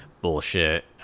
bullshit